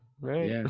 right